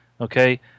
okay